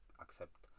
accept